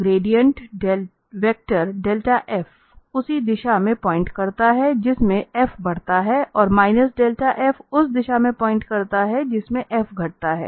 gradient vector delta f उसी दिशा में पॉइंट करता है जिसमें f बढ़ता है और माइनस डेल्टा f उस दिशा में पॉइंट करता हैं जिसमें f घटता हैं